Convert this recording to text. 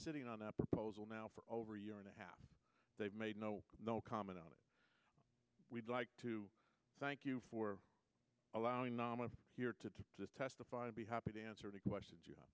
sitting on the proposal now for over a year and a half they've made no no comment on it we'd like to thank you for allowing nominees here to testify and be happy to answer any questions you